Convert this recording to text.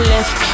Left